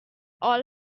all